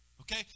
Okay